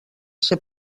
ser